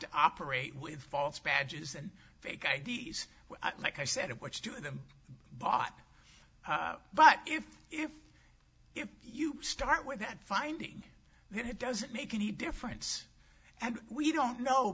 to operate with false badges and fake i d s like i said what's doing them bot but if if if you start with that finding then it doesn't make any difference and we don't know